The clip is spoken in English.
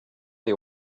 you